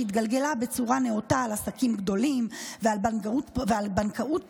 התגלגלה בצורה נאותה על עסקים גדולים ועל בנקאות פרטית,